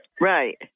Right